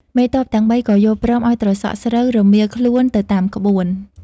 មេទ័ពទាំងបី ក៏យល់ព្រមឱ្យត្រសក់ស្រូវប្រមៀលខ្លួនទៅតាមក្បួន ។